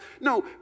No